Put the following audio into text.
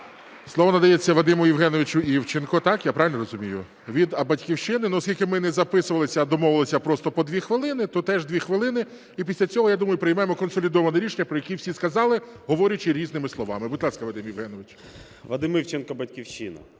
Слово надається Вадиму Євгеновичу Івченку (так, я правильно розумію?) від "Батьківщини". Оскільки ми не записувалися, а домовилися просто по дві хвилини, то теж дві хвилини. І після цього, я думаю, приймемо консолідовані рішення, про які всі сказали, говорячи різними словами. Будь ласка, Вадим Євгенович. 16:47:28 ІВЧЕНКО В.Є. Вадим Івченко, "Батьківщина".